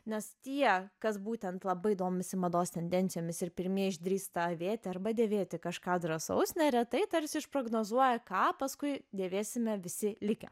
nes tie kas būtent labai domisi mados tendencijomis ir pirmieji išdrįsta avėti arba dėvėti kažką drąsaus neretai tarsi iš prognozuoja ką paskui dėvėsime visi likę